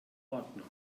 ordner